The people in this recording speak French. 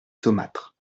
saumâtre